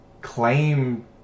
claim